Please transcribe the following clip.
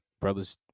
Brothers